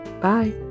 Bye